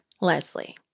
Leslie